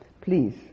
please